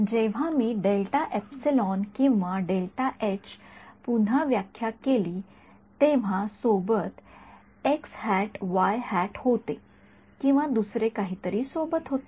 जेव्हा मी किंवा पुन्हा व्याख्या केली तेव्हा सोबत होते किंवा दुसरे काहीतरी सोबत होते